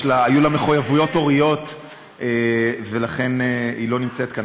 היו לה מחויבויות הוריות ולכן היא לא נמצאת כאן.